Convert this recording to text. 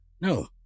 no